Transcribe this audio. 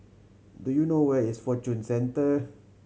do you know where is Fortune Centre